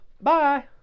Bye